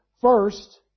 first